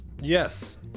Yes